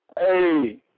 Hey